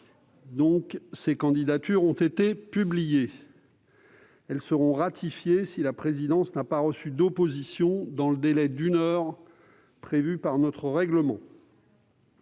avec les plateformes ont été publiées. Ces candidatures seront ratifiées si la présidence n'a pas reçu d'opposition dans le délai d'une heure prévu par notre règlement.